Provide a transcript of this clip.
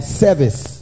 service